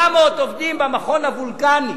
700 עובדים במכון וולקני.